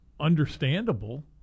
understandable